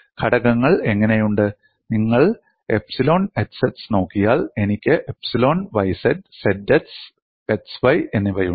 ഘടകങ്ങൾ എങ്ങനെയുണ്ട് നിങ്ങൾ എപ്സിലോൺ xx നോക്കിയാൽ എനിക്ക് എപ്സിലോൺ yz zx xy എന്നിവയുണ്ട്